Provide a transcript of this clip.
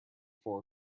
four